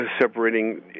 separating